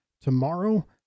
Tomorrow